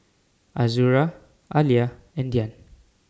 Azura Alya and Dian